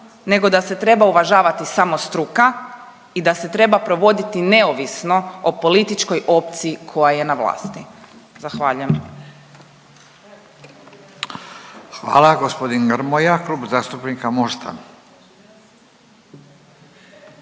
nego da se treba uvažavati samo struka i da se treba provoditi neovisno o političkoj opciji koja je na vlasti. Zahvaljujem. **Radin, Furio (Nezavisni)** Hvala.